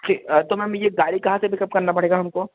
ठी तो मैम यह गाड़ी कहाँ से पिकअप करनी पड़ेगी हमको